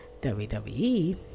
wwe